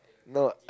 not